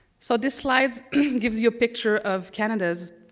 so this slides gives you a picture of canadas